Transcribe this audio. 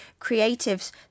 creatives